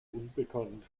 unbekannt